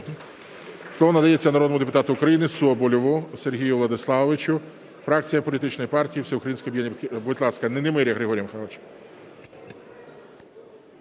Слово надається народному депутату України Соболєву Сергію Владиславовичу, фракція політичної партії "Всеукраїнська об'єднання "Батьківщина". Будь ласка, Немиря Григорій Михайлович.